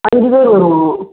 அஞ்சு பேர் வருவோம்